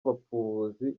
abapfubuzi